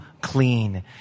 clean